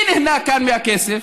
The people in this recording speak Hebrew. מי נהנה כאן מהכסף?